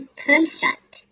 construct